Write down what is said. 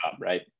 right